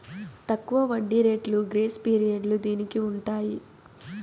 తక్కువ వడ్డీ రేట్లు గ్రేస్ పీరియడ్లు దీనికి ఉంటాయి